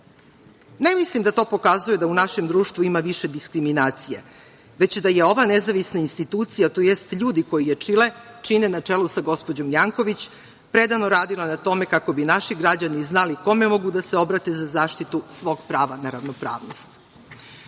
mislim da to pokazuje da u našem društvu ima više diskrimanacije, već da je ova nezavisna institucija, tj. ljudi koji je čine na čelu sa gospođom Janković, predano radila na tome kako bi naši građani znali kome mogu da se obrate za zaštitu svog prava na ravnopravnost.U